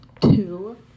two